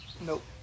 Nope